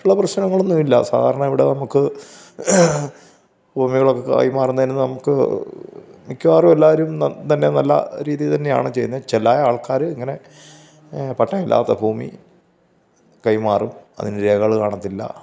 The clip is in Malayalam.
മറ്റുള്ള പ്രശ്നങ്ങളൊന്നുവില്ല സാധാരണ ഇവിടെ നമുക്ക് ഭൂമികളൊക്കെ കൈമാറുന്നതിന് നമുക്ക് മിക്കവാറും എല്ലാവരും ന തന്നെ നല്ല രീതി തന്നെയാണ് ചെയ്യുന്നത് ചില ആള്ക്കാര് ഇങ്ങനെ പട്ടയം ഇല്ലാത്ത ഭൂമി കൈമാറും അതിന് രേഖകൾ കാണത്തില്ല